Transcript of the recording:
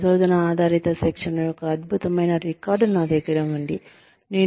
పరిశోధన ఆధారిత శిక్షణ యొక్క అద్భుతమైన రికార్డ్ నా దగ్గర ఉంది